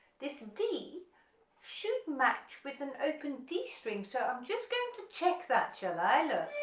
this d should match with an open d string, so i'm just going to check that shall i?